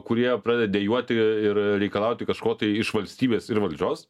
kurie pradeda dejuoti ir reikalauti kažko tai iš valstybės ir valdžios